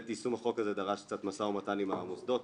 יישום החוק הזה דרש קצת משא ומתן עם המוסדות,